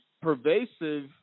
pervasive